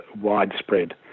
widespread